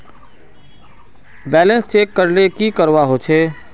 Balance check करले की करवा होचे?